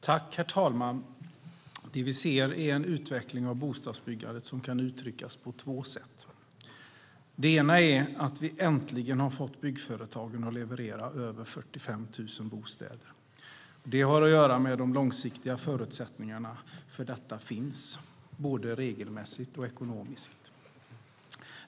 Herr talman! Vi ser en utveckling av bostadsbyggandet som kan uttryckas på två sätt. Det ena är att vi äntligen har fått byggföretagen att leverera över 45 000 bostäder och att det har att göra med att de långsiktiga förutsättningarna för detta finns, både regelmässigt och ekonomiskt.